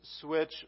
switch